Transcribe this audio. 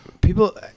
people